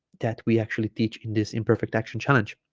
that we actually teach in this imperfect action challenge